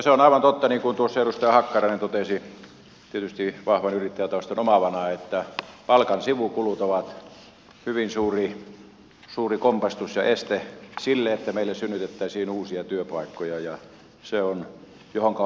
se on aivan totta niin kuin tuossa edustaja hakkarainen totesi tietysti vahvan yrittäjätaustan omaavana että palkan sivukulut ovat hyvin suuri kompastus ja este sille että meille synnytettäisiin uusia työpaikkoja ja se on asia johonka on puututtava